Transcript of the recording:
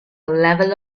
level